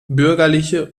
bürgerliche